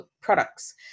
products